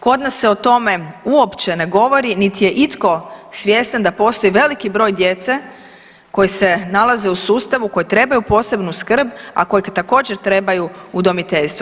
Kod nas se o tome uopće ne govori niti je itko svjestan da postoji veliki broj djece koji se nalaze u sustavu koji trebaju posebnu skrb, a koji također trebaju udomiteljstvo.